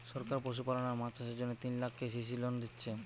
সরকার পশুপালন আর মাছ চাষের জন্যে তিন লাখ কে.সি.সি লোন দিচ্ছে